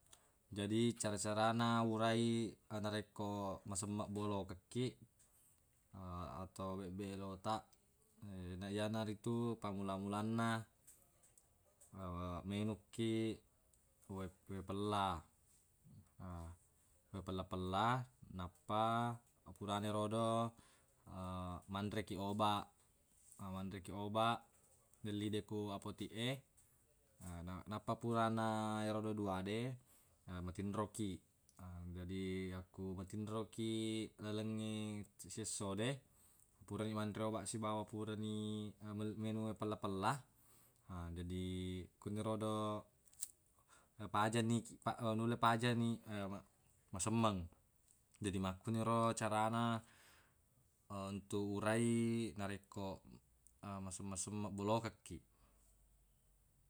Jadi cara-carana buraiwi narekko masemmeng bolokekkiq atau bebbeq elotaq yanaritu pammula-mulanna menukkiq we- wai pella wai pella-pella nappa furana erodo manrekiq obaq manre kiq obaq yellide ko apotiq e nappa purana yerodo duade matinro kiq. Jadi yakku matinro kiq lalengnge siessode, purani manre obaq sibawa purani mel- menung wai pella-pella jadi kunirodo pajani pa- nulle pajani masemmeng. Jadi makkuniro carana untuq urai narekko masemmeng-semmeng bolokekkiq.